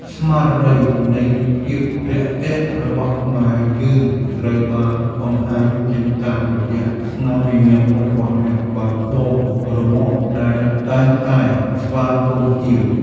ស្មារតីនៃភាពរាក់ទាក់របស់ខ្មែរយើងត្រូវបានបង្ហាញចេញតាមរយៈស្នាមញញឹមរបស់អ្នកបើកបររ៉ឺម៉កដែលតែងតែស្វាគមន៍ភ្ញៀវ។